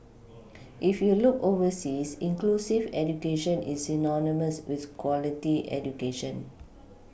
if you look overseas inclusive education is synonymous with quality education